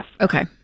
Okay